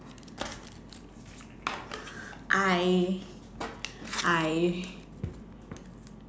I I